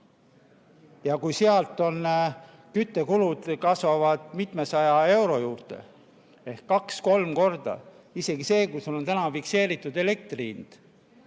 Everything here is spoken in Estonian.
Ja kui seal küttekulud kasvavad mitmesaja euroni ehk kaks-kolm korda, isegi kui sul on täna fikseeritud elektrihind,